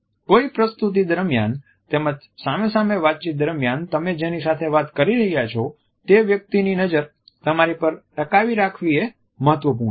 કોઈ પ્રસ્તુતિ દરમિયાન તેમજ સામે સામે વાતચીત દરમિયાન તમે જેની સાથે વાત કરી રહ્યા છો તે વ્યક્તિની નજર તમારી પર ટકાવી રાખવી એ મહત્વપૂર્ણ છે